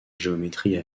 géométrie